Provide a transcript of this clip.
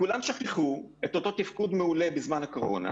כולם שכחו את אותו תפקוד מעולה בזמן הקורונה,